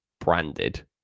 branded